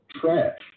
trash